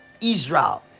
Israel